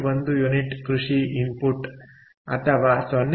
1 unit ಕೃಷಿ input ಅಥವಾ 0